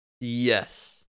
Yes